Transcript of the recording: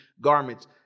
garments